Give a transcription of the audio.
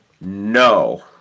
No